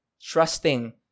Trusting